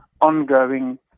ongoing